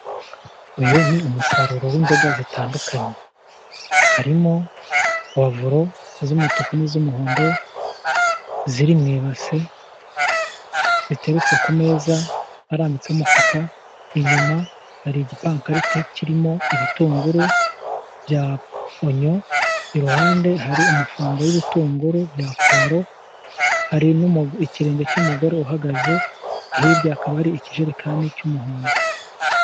Uyu ni umusaruro w'imboga zitandukanye, harimo puwavuro z'umutuku n'iz'umuhondo ziri mu ibase ziteretse ku meza ,arambitse amufuka inyuma hari igipankarite kirimo ibitunguru bya onyo, iruhande hari umufungo w'ibitunguru bya puwaro, hari ikirenge cy'umugore uhagaze hirya hakaba hari ikijerekani cy'umuhondo.